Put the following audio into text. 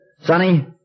Sonny